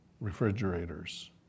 refrigerators